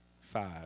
five